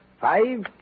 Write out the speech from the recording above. five